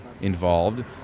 involved